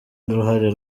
ruhare